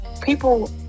people